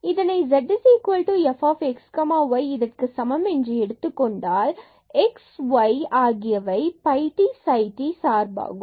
இதனை z fxy இதற்கு சமம் என்று எடுத்துக்கொண்டால் x மற்றும் y இவை phi t மற்றும் psi t சார்பாகும்